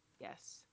yes